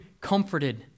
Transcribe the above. comforted